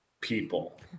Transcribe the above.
people